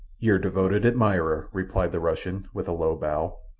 your devoted admirer, replied the russian, with a low bow.